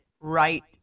right